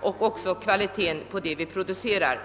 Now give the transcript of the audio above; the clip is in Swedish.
och kvaliteten på det vi producerar.